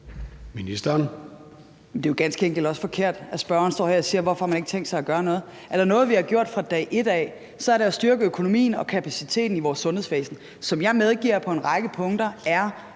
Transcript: Det er jo ganske enkelt også forkert, at spørgeren står her og siger, at man ikke har tænkt sig at gøre noget. Er der noget, vi har gjort fra dag et af, så er det at styrke økonomien og kapaciteten i vores sundhedsvæsen, som jeg på en række punkter